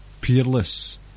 peerless